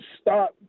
stop